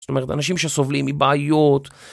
זאת אומרת, אנשים שסובלים מבעיות...